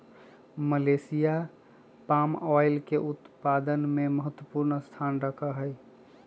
Malaysia palm oil के उत्पादन में महत्वपूर्ण स्थान रखा हई